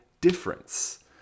difference